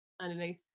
underneath